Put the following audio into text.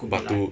but to